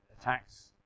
attacks